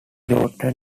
directed